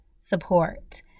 support